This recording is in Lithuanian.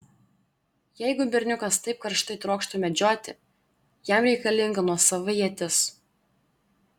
jeigu berniukas taip karštai trokšta medžioti jam reikalinga nuosava ietis